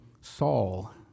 Saul